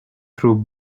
through